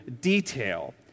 detail